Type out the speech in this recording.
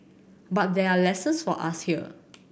but there are lessons for us here